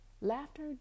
laughter